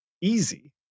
easy